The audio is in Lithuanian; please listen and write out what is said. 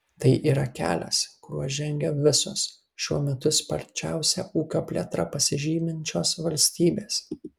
tai yra kelias kuriuo žengia visos šiuo metu sparčiausia ūkio plėtra pasižyminčios valstybės